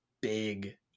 big